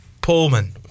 Pullman